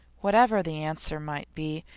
whatever the answer might be,